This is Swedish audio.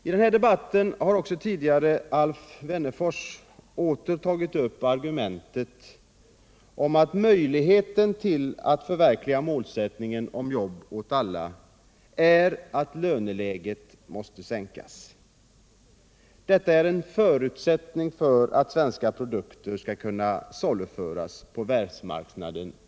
I den här debatten har Alf Wennerfors åter tagit upp argumentet att förutsättningen för att förverkliga målsättningen om jobb åt alla är att löneläget sänks. Detta är enligt herr Wennerfors en förutsättning för att svenska produkter skall kunna saluföras på världsmarknaden.